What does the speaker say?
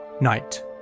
Night